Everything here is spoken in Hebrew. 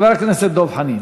חבר הכנסת דב חנין.